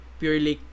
purely